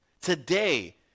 today